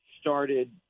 started